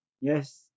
Yes